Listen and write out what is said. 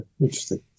interesting